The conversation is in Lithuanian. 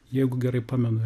jeigu gerai pamenu